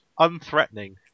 unthreatening